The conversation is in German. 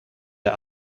der